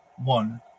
One